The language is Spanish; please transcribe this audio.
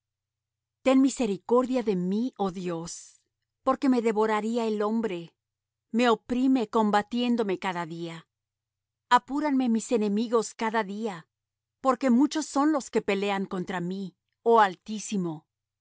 ten misericordia de mí oh dios porque me devoraría el hombre me oprime combatiéndome cada día apúranme mis enemigos cada día porque muchos son los que pelean contra mí oh altísimo